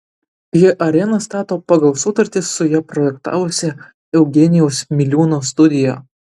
ji areną stato pagal sutartį su ją projektavusia eugenijaus miliūno studija